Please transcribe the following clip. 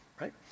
right